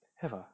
have ah